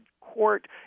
court